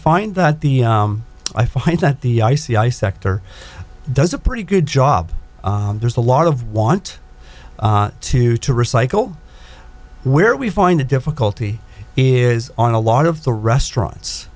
find that the i find that the i c i sector does a pretty good job there's a lot of want to to recycle where we find the difficulty is on a lot of the restaurants